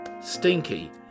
stinky